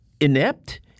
inept